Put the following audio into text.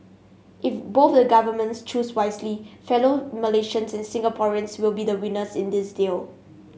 if both the governments choose wisely fellow Malaysians and Singaporeans will be winners in this deal